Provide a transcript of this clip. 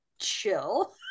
chill